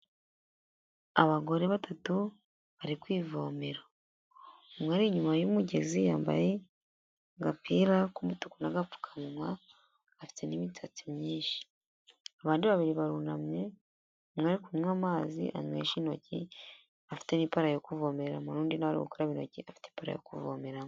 Abagore batatu bari kwivomera. Umwe ari inyuma y'umugezi yambaye agapira k'umutuku n'agapfukawa, afite n'imisatsi myinshi. Abandi babiri barunamye, umwe ari kunywa amazi anywesha intoki. afite n'ipara yo kuvomeremo, n'undi nawe ari gukaraba intoki afite n'ipara yo kuvomeramo.